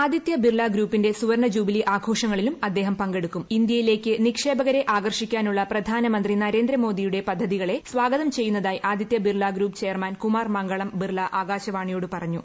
ആദിത്യ ബിർള ഗ്രൂപ്പിന്റെ സുവർണ ജൂബിലി ആഘോഷങ്ങളിലും അദ്ദേഹം പങ്കെടുക്കും ഇന്ത്യയിലേക്ക് നിക്ഷേപകരെ ആകർഷിക്കാനുള്ള പ്രധാനമന്ത്രി നരേന്ദ്രമോദിയുടെ പദ്ധതികളെ സ്വാഗതം ചെയ്യുന്നതായി ആദിത്യ ബിർള ഗ്രൂപ്പ് ചെയർമാൻ കുമാർ മംഗളം ബിർള ആകാശവാണിയോട് പറഞ്ഞു